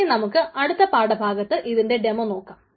ഇനി നമുക്ക് അടുത്ത പാഠഭാഗത്ത് ഇതിൻറെ ഡെമോ നോക്കാം